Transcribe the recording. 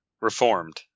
reformed